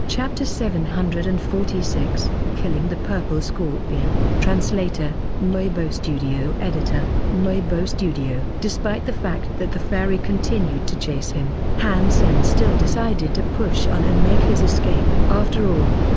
chapter seven hundred and forty six killing the purple scorpion translator nyoi-bo studio editor nyoi-bo studio despite the fact that the fairy continued to chase him, han sen still decided to push on and make his escape. after all,